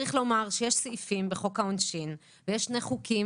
צריך לומר שיש סעיפים בחוק העונשין ויש שני חוקים